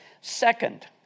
Second